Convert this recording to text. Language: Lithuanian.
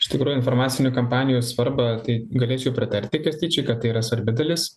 iš tikro informacinių kampanijų svarbą tai galėčiau pritarti kąstyčiui kad tai yra svarbi dalis